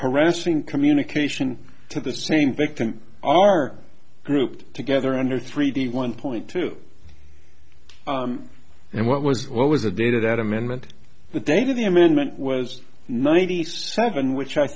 harassing communication to the same victim are grouped together under three d one point two and what was what was the data that amendment the date of the amendment was ninety seven which i